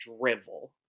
drivel